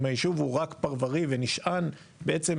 אם הסיפור הוא רק פרוורי ונשען בעצם,